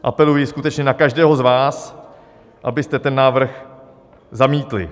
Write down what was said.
Apeluji skutečně na každého z vás, abyste ten návrh zamítli.